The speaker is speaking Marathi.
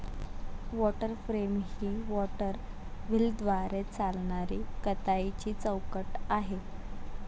वॉटर फ्रेम ही वॉटर व्हीलद्वारे चालविणारी कताईची चौकट आहे